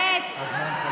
את עובדת עליי?